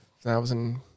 thousand